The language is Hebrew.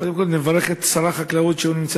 קודם כול נברך את שר החקלאות שנמצא